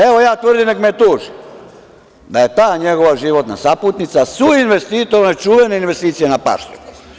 Evo ja tvrdim, neka me tuži, da ja ta njegova životna saputnica suinvestitor one čuvene investicije na pašnjaku.